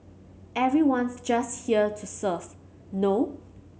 everyone's just here to serve no